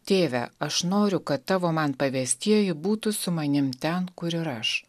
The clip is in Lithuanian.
tėve aš noriu kad tavo man pavestieji būtų su manim ten kur ir aš